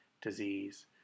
disease